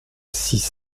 six